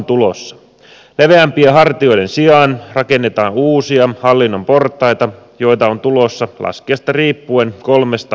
leveämpien hartioiden sijaan rakennetaan uusia hallinnon portaita joita on tulossa laskijasta riippuen kolmesta viiteen